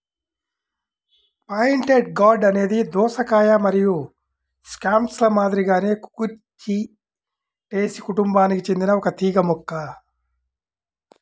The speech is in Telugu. పాయింటెడ్ గార్డ్ అనేది దోసకాయ మరియు స్క్వాష్ల మాదిరిగానే కుకుర్బిటేసి కుటుంబానికి చెందిన ఒక తీగ మొక్క